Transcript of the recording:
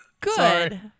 Good